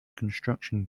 construction